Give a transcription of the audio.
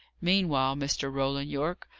meanwhile, mr. roland yorke,